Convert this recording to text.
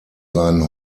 seinen